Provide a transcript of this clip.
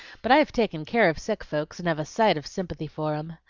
but i have taken care of sick folks, and have a sight of sympathy for em.